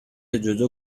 جودو